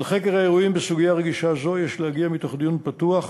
אל חקר האירועים בסוגיה רגישה זו יש להגיע מתוך דיון פתוח,